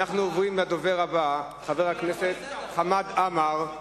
אנחנו עוברים לדובר הראשון, חבר הכנסת חמד עמאר.